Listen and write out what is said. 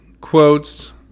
quotes